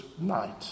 night